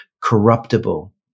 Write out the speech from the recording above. corruptible